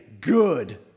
good